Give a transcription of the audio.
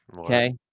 Okay